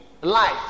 life